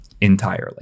Entirely